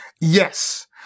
Yes